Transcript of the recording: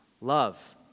Love